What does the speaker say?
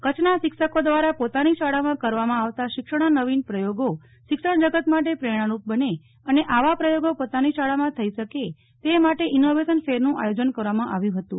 કચ્છના શિક્ષકો દ્વારા પોતાની શાળામાં કરવામાં આવતા શિક્ષણના નવીન પ્રયોગો શિક્ષણ જગત માટે પ્રેરણારૂપ બને અને આવા પ્રયોગો પોતાની શાળામાં થઇ શકે તે માટે ઇનોવેશન ફેરનું આયોજન કરવામાં આવ્યું ફતું